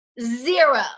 zero